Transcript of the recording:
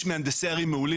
יש מהנדסי ערים מעולים.